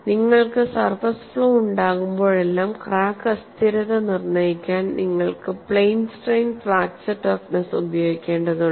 നിങ്ങൾക്ക് surface flow ഉണ്ടാകുമ്പോഴെല്ലാം crack അസ്ഥിരത നിർണ്ണയിക്കാൻ നിങ്ങൾ പ്ലെയിൻ സ്ട്രെയിൻ ഫ്രാക്ചർ ടഫ്നെസ്സ് ഉപയോഗിക്കേണ്ടതുണ്ട്